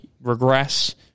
regress